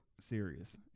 serious